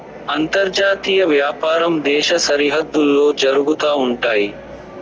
అంతర్జాతీయ వ్యాపారం దేశ సరిహద్దుల్లో జరుగుతా ఉంటయి